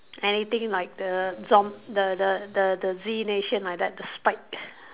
anything like the zom~ the the the the Z nation like that the spike